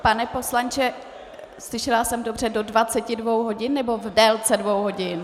Pane poslanče, slyšela jsem dobře do 22 hodin, nebo v délce dvou hodin?